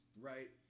Right